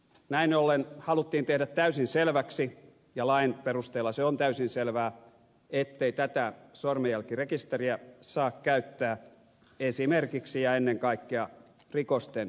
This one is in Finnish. näin ollen haluttiin tehdä täysin selväksi ja lain perusteella se on täysin selvää ettei tätä sormenjälkirekisteriä saa käyttää esimerkiksi ja ennen kaikkea rikosten selvittämiseen